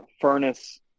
furnace